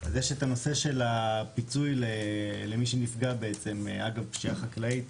יש את הנושא של פיצוי למי שנפגע אגב פשיעה חקלאית.